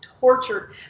tortured